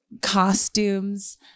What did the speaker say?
costumes